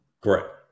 Correct